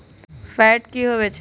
Fat की होवछै?